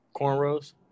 Cornrows